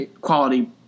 quality –